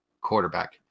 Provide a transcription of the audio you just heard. quarterback